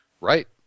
right